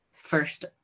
First